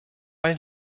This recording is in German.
bei